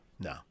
No